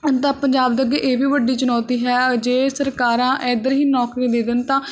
ਤਾਂ ਪੰਜਾਬ ਦੇ ਅੱਗੇ ਇਹ ਵੀ ਵੱਡੀ ਚੁਣੌਤੀ ਹੈ ਜੇ ਸਰਕਾਰਾਂ ਇੱਧਰ ਹੀ ਨੌਕਰੀ ਦੇ ਦੇਣ ਤਾਂ